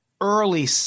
early